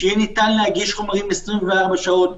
שיהיה ניתן להגיש חומרים 24 שעות.